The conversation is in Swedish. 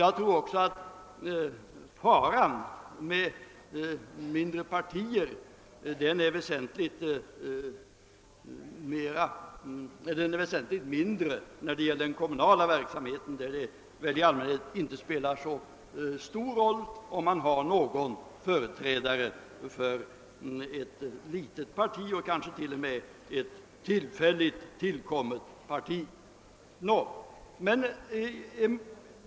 Jag tror också att faran med att ha mindre partier är väsentligt mindre när det gäller den kommunala verksamheten än när det gäller den statliga; det spelar i allmänhet inte så stor roll om man har med någon företrädare för ett litet parti, kanske t.o.m. ett tillfälligt tillkommet parti.